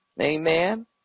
Amen